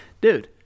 dude